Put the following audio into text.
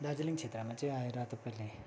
दार्जिलिङ क्षेत्रमा चाहिँ आएर तपाईँले